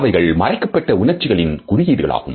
அவைகள் மறைக்கப்பட்ட உணர்ச்சிகளின் குறியீடுகள் ஆகும்